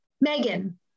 Megan